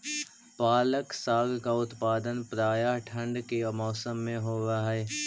पालक साग का उत्पादन प्रायः ठंड के मौसम में होव हई